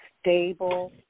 stable